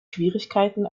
schwierigkeiten